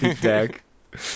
deck